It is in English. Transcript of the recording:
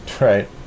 Right